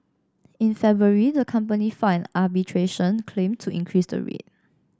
in February the company filed arbitration claim to increase the rate